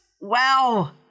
wow